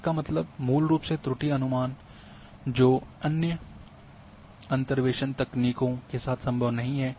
इसका मतलब मूल रूप से त्रुटि अनुमान जो अन्य अंतर्वेसन तकनीकों के साथ संभव नहीं है